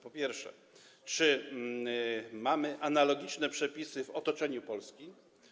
Po pierwsze, czy są analogiczne przepisy w otoczeniu Polski?